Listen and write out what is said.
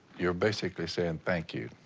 you're basically saying, thank you.